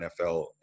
NFL